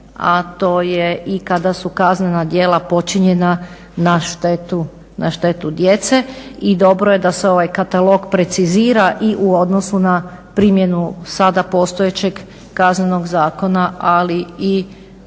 a to je i kada su kaznena djela počinjena na štetu djece. I dobro je da se ovaj katalog precizira i u odnosu na primjenu sada postojećeg Kaznenog zakona ali i